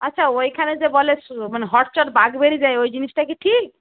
আচ্ছা ওইখানে যে বলে মানে হটচট বাঘ বেরিয়ে যায় ওই জিনিসটা কি ঠিক